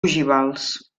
ogivals